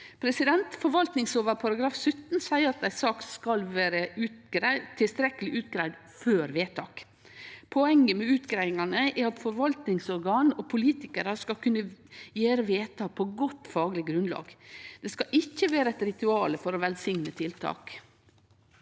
partsinnlegg. Forvaltningslova § 17 seier at ei sak skal vere tilstrekkeleg utgreidd før vedtak. Poenget med utgreiingane er at forvaltingsorgan og politikarar skal kunne gjere vedtak på godt fagleg grunnlag. Det skal ikkje vere eit ritual for å velsigne tiltak.